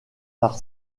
par